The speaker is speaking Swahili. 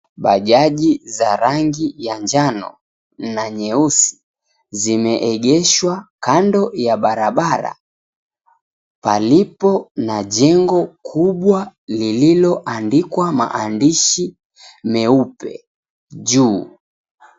Bajaji za rangi ya njano na nyeusi, zimeegeshwa kando ya barabara. Palipo na jengo kubwa lililoandikwa maandishi meupe juu.